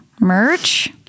merch